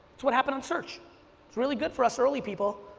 it's what happened on search. it's really good for us early people,